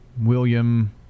william